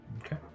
Okay